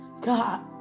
God